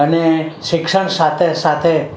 અને શિક્ષણ સાથે સાથે